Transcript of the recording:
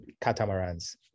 catamarans